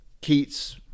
Keats